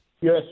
Yes